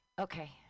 Okay